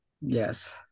Yes